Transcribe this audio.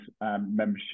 membership